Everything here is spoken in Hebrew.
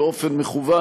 באופן מכוון,